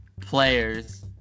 players